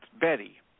Betty